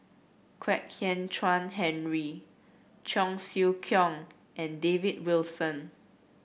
Kwek Hian Chuan Henry Cheong Siew Keong and David Wilson